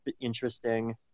interesting